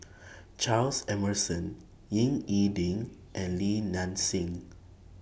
Charles Emmerson Ying E Ding and Li Nanxing